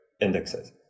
indexes